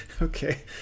Okay